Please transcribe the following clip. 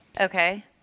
Okay